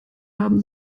haben